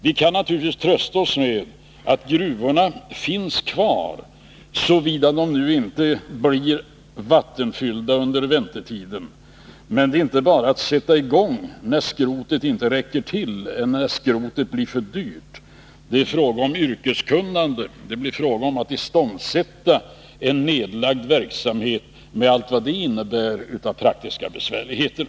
Vi kan naturligtvis trösta oss med att gruvorna finns kvar, såvida de inte blir vattenfyllda under väntetiden, men det är inte bara att sätta i gång när skrotet inte räcker till. Det är fråga om yrkeskunnande. Det blir fråga om att iståndsätta en nedlagd verksamhet, med allt vad det innebär av praktiska besvärligheter.